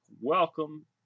Welcome